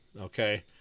okay